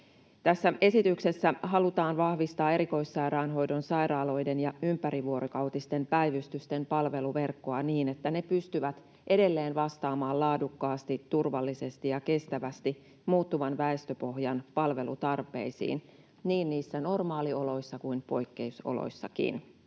esityksessä halutaan vahvistaa erikoissairaanhoidon sairaaloiden ja ympärivuorokautisten päivystysten palveluverkkoa niin, että ne pystyvät edelleen vastaamaan laadukkaasti, turvallisesti ja kestävästi muuttuvan väestöpohjan palvelutarpeisiin niin niissä normaalioloissa kuin poikkeusoloissakin.